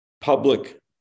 public